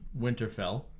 Winterfell